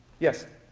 yes.